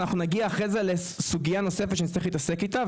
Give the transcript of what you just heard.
אנחנו נגיע אחרי זה לסוגייה נוספת שאנחנו נצטרף להתעסק איתה.